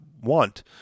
want